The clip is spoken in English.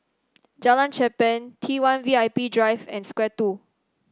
Jalan Cherpen T one VIP Drive and Square Two